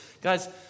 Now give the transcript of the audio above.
Guys